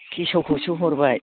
गेसावखोसो हरबाय